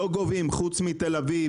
חוץ מתל אביב,